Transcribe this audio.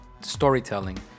storytelling